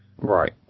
Right